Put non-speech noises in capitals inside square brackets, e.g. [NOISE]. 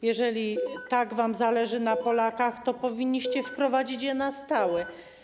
Jeżeli [NOISE] tak wam zależy na Polakach, to powinniście wprowadzić je na stałe.